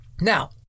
Now